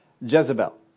Jezebel